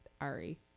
Ari